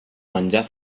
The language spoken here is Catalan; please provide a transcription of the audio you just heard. menjar